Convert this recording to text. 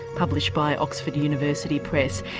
published by oxford university press.